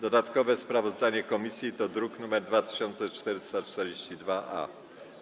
Dodatkowe sprawozdanie komisji to druk nr 2442-A.